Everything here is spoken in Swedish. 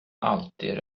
alltid